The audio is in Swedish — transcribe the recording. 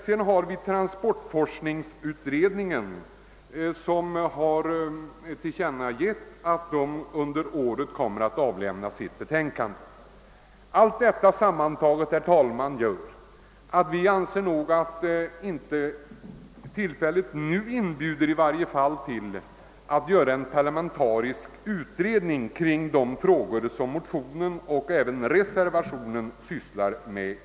Ävenså har transportforskningsutredningen tillkännagivit, att utredningen kommer att avlämna sitt betänkande under året. Allt detta gör att utskottet inte ansett att tillfället nu inbjuder till tillsättandet av en parlamentarisk utredning för behandling av de frågor som motionärerna och "reservanterna aktualiserat.